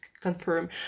confirm